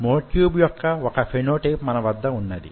myotube యొక్క వొక phenotype మనవద్ద వున్నది